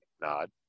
Nod